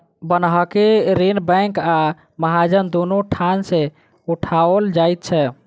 बन्हकी ऋण बैंक आ महाजन दुनू ठाम सॅ उठाओल जाइत छै